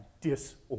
disorder